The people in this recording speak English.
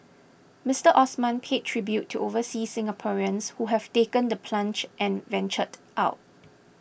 Mister Osman paid tribute to overseas Singaporeans who have taken the plunge and ventured out